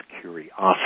curiosity